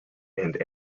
and